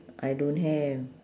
I don't have